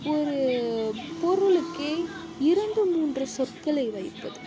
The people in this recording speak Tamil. ஒரு பொருளுக்கே இரண்டு மூன்று சொற்களை வைப்பது